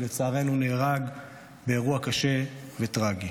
ולצערנו נהרג באירוע קשה וטרגי.